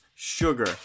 Sugar